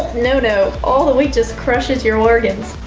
no, no, all the weight just crushes your organs.